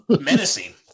menacing